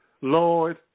Lord